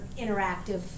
interactive